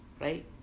right